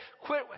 quit